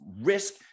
risk